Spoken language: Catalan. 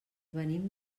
venim